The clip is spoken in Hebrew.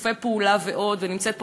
שיתופי פעולה ועוד, נמצאת פה